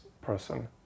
person